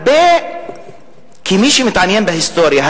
כמי שמתעניין בהיסטוריה,